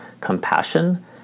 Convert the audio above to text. compassion